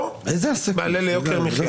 או מעלה יוקר מחיה.